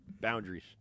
Boundaries